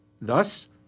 thus